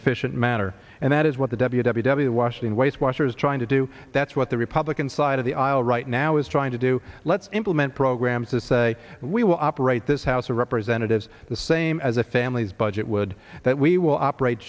efficient manner and that is what the w w w washing wastewater is trying to do that's what the republican side of the aisle right now is trying to do let's implement programs to say we will operate this house of representatives the same as a family's budget would that we will operate